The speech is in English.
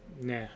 nah